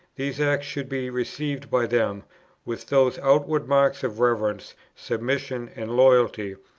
these acts should be received by them with those outward marks of reverence, submission, and loyalty,